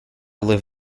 live